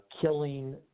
killing